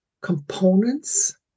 components